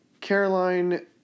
Caroline